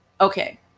Okay